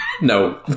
No